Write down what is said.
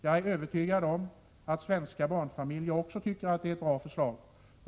Jag är övertygad om att svenska barnfamiljer också tycker att det är ett bra förslag.